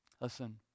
Listen